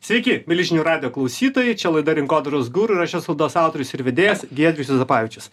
sveiki mieli žinių radijo klausytojai čia laida rinkodaros guru ir aš šios laidos autorius ir vedėjas giedrius juozapavičius